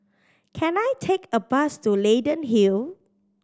can I take a bus to Leyden Hill